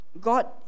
God